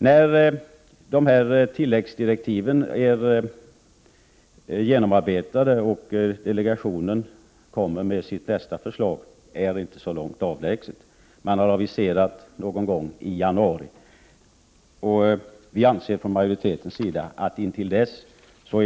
Tidpunkten när tilläggsdirektiven är genomarbetade och delegationen kommer med sitt nästa förslag är inte så avlägsen. Man har aviserat att det skall ske någon gång i januari. Från majoritetens sida är